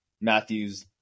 Matthews